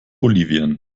bolivien